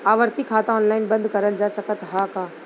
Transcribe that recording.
आवर्ती खाता ऑनलाइन बन्द करल जा सकत ह का?